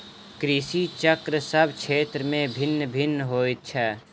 कृषि चक्र सभ क्षेत्र मे भिन्न भिन्न होइत छै